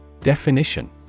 Definition